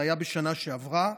זה היה בשנה שעברה.